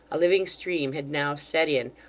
a living stream had now set in,